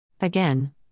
Again